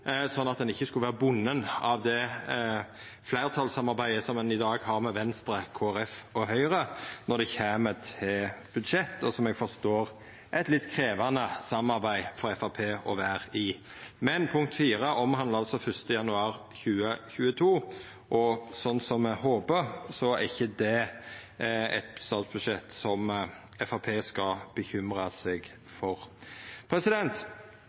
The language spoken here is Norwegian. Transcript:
at ein ikkje skulle vere bunden av det fleirtalssamarbeidet dei i dag har med Venstre, Kristeleg Folkeparti og Høgre når det kjem til budsjett, og som eg forstår er eit litt krevjande samarbeid for Framstegspartiet å vera i. Men IV omhandlar altså 1. januar 2022, og me håper at det ikkje er eit statsbudsjett som Framstegspartiet skal måtte bekymra